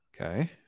Okay